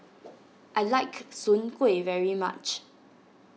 I like Soon Kueh very much